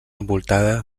envoltada